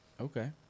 Okay